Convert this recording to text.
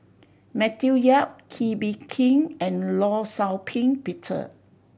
Matthew Yap Kee Bee Khim and Law Shau Ping Peter